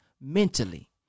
mentally